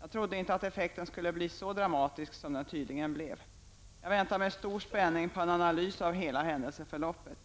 Jag trodde inte att effekten skulle bli så dramatisk som den tydligen blev. Jag väntar med stor spänning på en analys av hela händelseförloppet.